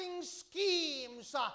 schemes